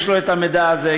יש לו המידע הזה,